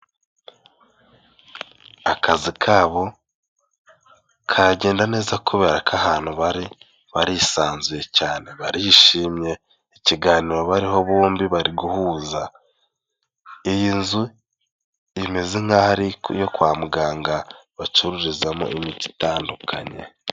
Akazi kabo kagenda neza kubera ko ahantu bari barisanzuye cyane. Barishimye ikiganiro bariho bombi bari guhuza, iyi nzu imeze nk'aho ari iyo kwa muganga bacururizamo imiti itandukanye.